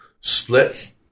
split